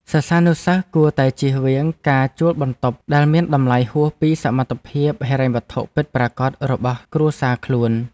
សិស្សានុសិស្សគួរតែចៀសវាងការជួលបន្ទប់ដែលមានតម្លៃហួសពីសមត្ថភាពហិរញ្ញវត្ថុពិតប្រាកដរបស់គ្រួសារខ្លួន។